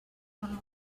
normal